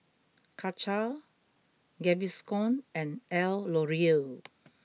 Karcher Gaviscon and L'Oreal